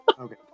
Okay